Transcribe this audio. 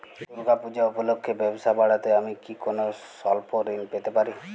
দূর্গা পূজা উপলক্ষে ব্যবসা বাড়াতে আমি কি কোনো স্বল্প ঋণ পেতে পারি?